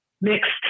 mixed